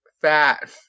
fat